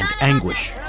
anguish